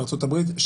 מארצות-הברית,